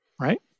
Right